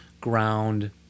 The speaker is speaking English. ground